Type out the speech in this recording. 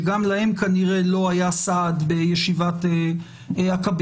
שגם להם כנראה לא היה סעד בישיבת הקבינט.